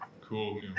cool